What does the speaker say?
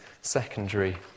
secondary